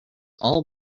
all